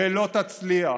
לא תצליח